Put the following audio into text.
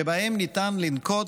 שאותם ניתן לנקוט